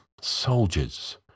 soldiers